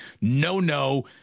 no-no